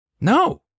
No